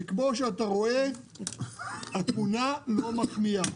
כפי שאתה רואה, התמונה לא מחמיאה.